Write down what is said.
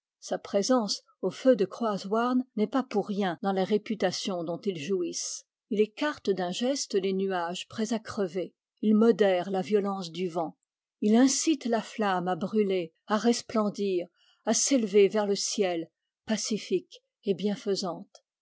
sa présence aux feux de croaz houam n'est pas pour rien dans là réputation dont ils jouissent il écarte d'un geste les nuages prêts à crever il modère la violence du vent il incite la flamme à brûler à resplendir à s'élever vers le ciel pacifique et bienfaisante